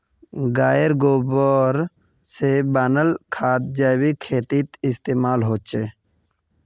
गायेर गोबर से बनाल खाद जैविक खेतीत इस्तेमाल होछे